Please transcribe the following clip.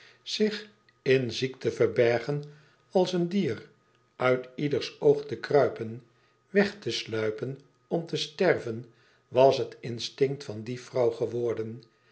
zich in ziekte verbergen als een dier uit ieders oog te kruipen weg te sluipen om te sterven was het instinct van die vrouw geworden